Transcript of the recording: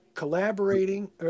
Collaborating